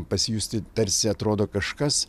pasijusti tarsi atrodo kažkas